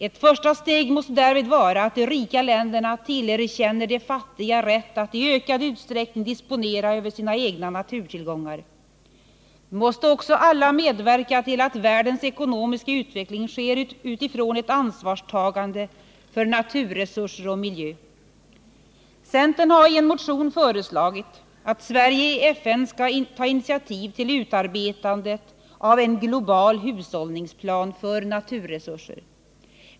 Ett första steg måste därvid vara att de rika länderna tillerkänner de fattiga rätt att i ökad utsträckning disponera över sina egna naturtillgångar. Vi måste också alla medverka till att världens ekonomiska utveckling sker utifrån ett ansvarstagande för naturresurser och miljö. Centern har i en motion föreslagit att Sverige i FN skall ta initiativ till utarbetande av en global hushållningsplan för naturresurser.